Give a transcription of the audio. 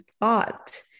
thought